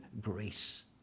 grace